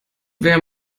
wer